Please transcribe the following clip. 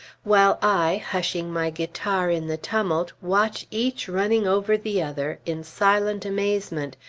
while i, hushing my guitar in the tumult, watch each running over the other, in silent amazement,